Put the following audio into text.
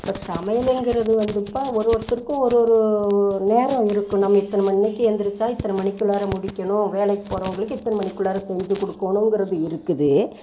இப்போ சமையலுங்கிறது வந்துப்பா ஒரு ஒருத்தருக்கும் ஒரு ஒரு நேரம் இருக்கும் நம்ம இத்தனை மணிக்கு எழுந்திரிச்சா இத்தனை மணிக்குள்ளாற முடிக்கணும் வேலைக்கு போகிறவுங்களுக்கு இத்தனை மணிக்குள்ளாற செஞ்சு கொடுக்கோணுங்கிறது இருக்குது